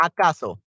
acaso